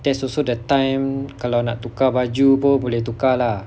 that's also the time kalau nak tukar baju pun boleh tukar lah